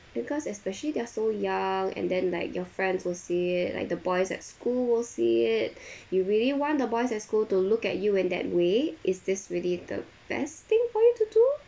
because especially they're so young and then like your friends will see it like the boys at school will see it you really want the boys at school to look at you in that way is this really the best thing for you to do